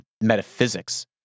metaphysics